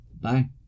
Bye